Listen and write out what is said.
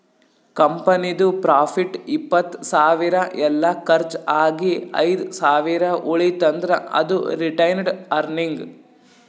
ಕಂಪನಿದು ಪ್ರಾಫಿಟ್ ಇಪ್ಪತ್ತ್ ಸಾವಿರ ಎಲ್ಲಾ ಕರ್ಚ್ ಆಗಿ ಐದ್ ಸಾವಿರ ಉಳಿತಂದ್ರ್ ಅದು ರಿಟೈನ್ಡ್ ಅರ್ನಿಂಗ್